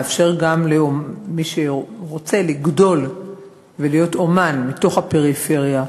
לאפשר למי שרוצה לגדול ולהיות אמן מתוך הפריפריה.